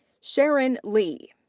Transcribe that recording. sharon li.